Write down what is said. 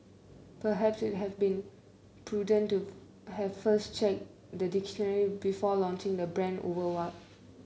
perhaps it have been prudent to have first checked the dictionaries before launching the brand worldwide